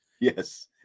Yes